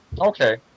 Okay